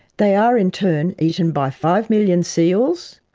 they are in turn eaten by five million seals,